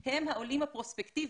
הם העולים הפרוספקטיביים,